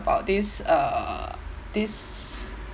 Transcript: about this err this